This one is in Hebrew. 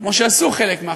כמו שעשו חלק מהחברים,